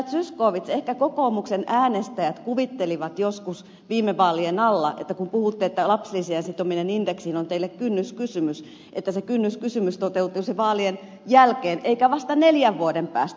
zyskowicz ehkä kokoomuksen äänestäjät kuvittelivat joskus viime vaalien alla kun puhuitte että lapsilisien sitominen indeksiin on teille kynnyskysymys että se kynnyskysymys toteutuisi vaalien jälkeen eikä vasta neljän vuoden päästä